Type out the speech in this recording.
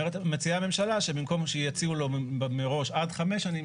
מציעה הממשלה שבמקום שיציעו לו מראש עד חמש שנים,